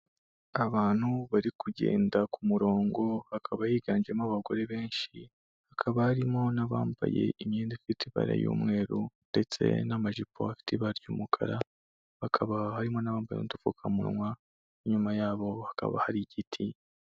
Abantu bari kugenda ku murongo, akaba higanjemo abagore benshi, hakaba harimo n'abambaye imyenda ifite ibara y'umweru, ndetse n'amajipo bafite ibara ry'umukara hakaba harimo n'abambaye udupfukamunwa, inyuma yabo hakaba hari igiti.